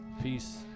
Peace